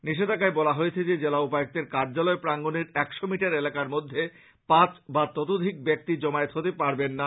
নিষেধাজ্ঞায় বলা হয়েছে যে জেলা উপায়ুক্তের কার্য্যলয় প্রাঙ্গনের একশ মিটার এলাকার মধ্যে পাঁচ বা ততোধিক ব্যাক্তি জমায়েত হতে পারবেন না